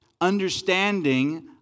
understanding